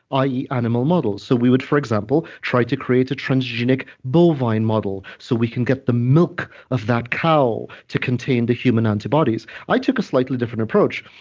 ah ie animal models so we would, for example, try to create a transgenic bovine model so we can get the milk of that cow to contain the human antibodies i took a slightly different approach.